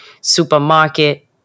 supermarket